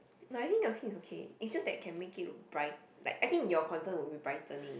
no I think your skin is okay it's just that can make it bright like I think your concern would be brightening